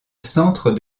centre